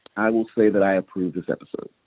i will say that i approve this episode.